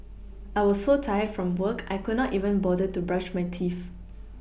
I was so tired from work I could not even bother to brush my teeth